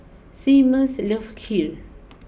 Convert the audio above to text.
Seamus love Kheer